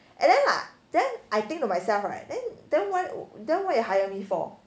and then like then I think to myself right then then why then why you hire me